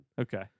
okay